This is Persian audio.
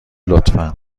لطفا